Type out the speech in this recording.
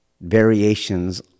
variations